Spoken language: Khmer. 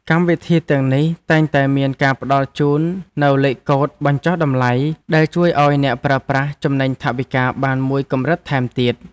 កម្មវិធីទាំងនេះតែងតែមានការផ្ដល់ជូននូវលេខកូដបញ្ចុះតម្លៃដែលជួយឱ្យអ្នកប្រើប្រាស់ចំណេញថវិកាបានមួយកម្រិតថែមទៀត។